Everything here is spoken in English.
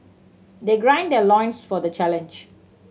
they gird their loins for the challenge